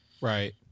Right